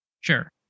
Sure